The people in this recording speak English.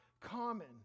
common